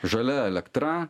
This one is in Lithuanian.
žalia elektra